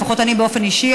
לפחות אני באופן אישי,